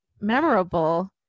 memorable